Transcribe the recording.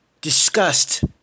disgust